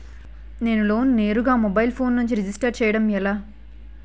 నేను లోన్ నేరుగా mobile phone నుంచి రిజిస్టర్ చేయండి ఎలా?